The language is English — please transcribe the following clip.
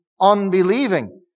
unbelieving